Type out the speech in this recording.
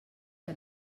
que